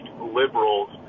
liberals